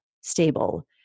stable